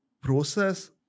process